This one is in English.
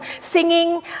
singing